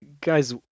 guys